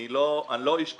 אני לא יש כספים.